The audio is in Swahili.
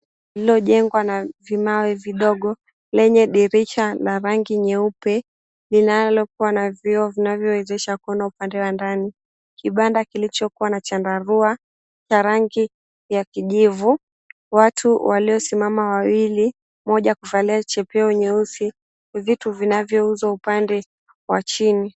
Lililojengwa na vimawe vidogo, lenye dirisha la rangi nyeupe, linalokuwa na vioo vinavyowezesha kuona upande wa ndani. Kibanda kilichokuwa na chandarua cha rangi ya kijivu, watu waliosimama wawili, mmoja kavalia chepeo nyeusi, vitu vinavyouzwa upande wa chini.